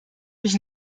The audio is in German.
mich